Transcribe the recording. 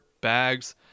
bags